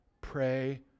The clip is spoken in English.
Pray